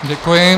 Děkuji.